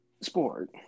sport